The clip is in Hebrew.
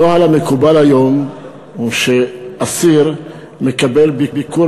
הנוהל המקובל היום הוא שאסיר מקבל ביקור